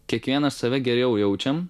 kiekvienas save geriau jaučiam